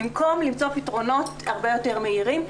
במקום למצוא פתרונות הרבה יותר מהירים.